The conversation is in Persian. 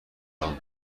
راند